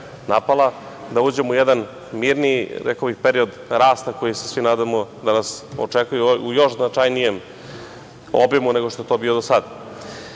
napala, u jedan mirniji period rasta koji se svi nadamo da nas očekuje u još značajnijem obimu nego što je to bilo do